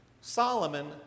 Solomon